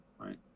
Right